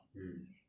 mm